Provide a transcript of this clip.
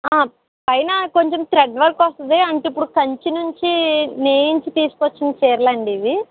ఆ పైన కొంచెం థ్రెడ్ వర్క్ వస్తుంది అంటే ఇపుడు కంచి నుంచి నేయించి తీసుకు వచ్చిన చీరలు అండి ఇవి